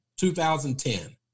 2010